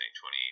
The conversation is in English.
20